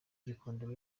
gikondo